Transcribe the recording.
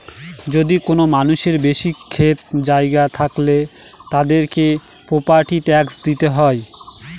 যদি কোনো মানুষের বেশি ক্ষেত জায়গা থাকলে, তাদেরকে প্রপার্টি ট্যাক্স দিতে হয়